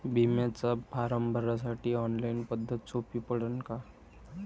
बिम्याचा फारम भरासाठी ऑनलाईन पद्धत सोपी पडन का?